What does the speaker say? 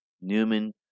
Newman